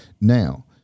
Now